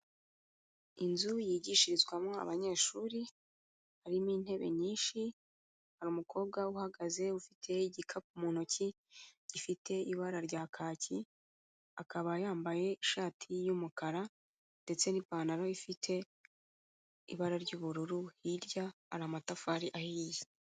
Inzu yigishirizwamo abanyeshuri harimo intebe nyinshi, hari mukobwa uhagaze ufite igikapu mu ntoki gifite ibara rya kaki, akaba yambaye ishati y'umukara ndetse n'ipantaro ifite ibara ry'ubururu, hirya hari amatafari ahiye.